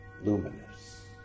luminous